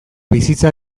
bizitza